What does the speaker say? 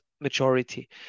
majority